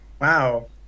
Wow